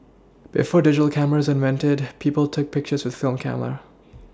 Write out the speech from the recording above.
before digital cameras invented people took pictures with film camera